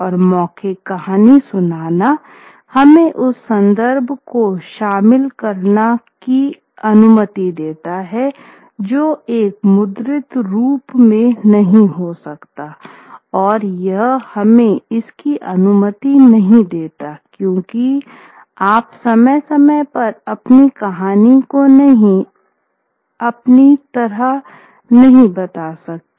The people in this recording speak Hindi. और मौखिक कहानी सुनाना हमें उस संदर्भ को शामिल करने की अनुमति देता है जो एक मुद्रित रूप में नहीं हो सकता और यह हमें इसकी अनुमति नहीं देता क्योंकि आप समय समय पर अपनी कहानी को नहीं अपनी तरह नहीं बता सकते